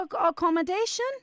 accommodation